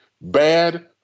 bad